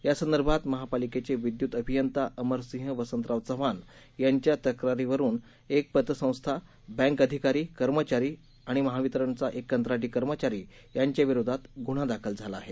या संदर्भात महापालिकेचे विद्युत अभियंता अमरसिंह वसंतराव चव्हाण यांच्या तक्रारीवरून एक पतसंस्था बँक अधिकारी कर्मचारी आणि महावितरणचा एक कंत्राटी कर्मचारी यांच्याविरोधात गुन्हा दाखल झाला आहे